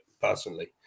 personally